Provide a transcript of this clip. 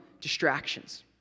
distractions